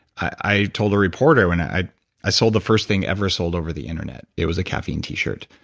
i told a reporter, and i i sold the first thing ever sold over the internet. it was a caffeine t-shirt.